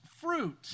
fruit